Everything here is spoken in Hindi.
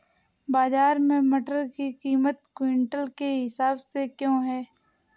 बाजार में मटर की कीमत क्विंटल के हिसाब से क्यो है?